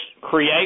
create